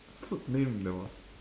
food name that was